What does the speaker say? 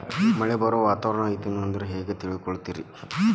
ಮಳೆ ಬರುವ ವಾತಾವರಣ ಐತೇನು ಅಂತ ಹೆಂಗ್ ತಿಳುಕೊಳ್ಳೋದು ರಿ?